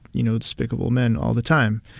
you know, despicable men all the time.